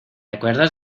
acuerdas